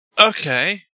Okay